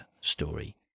story